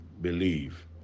believe